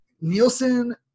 Nielsen